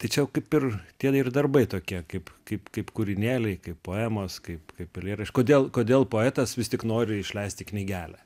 tai čia jau kaip ir tie darbai tokie kaip kaip kaip kūrinėliai kaip poemos kaip kaip eilėraš kodėl kodėl poetas vis tik nori išleisti knygelę